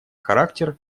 характер